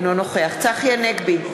אינו נוכח צחי הנגבי,